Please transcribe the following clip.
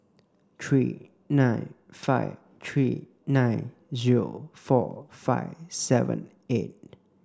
three nine five three nine zero four five seven eight